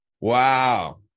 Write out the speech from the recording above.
wow